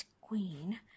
queen